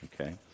Okay